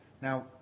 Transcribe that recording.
Now